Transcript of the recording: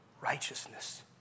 righteousness